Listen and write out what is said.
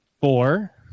four